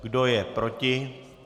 Kdo je proti?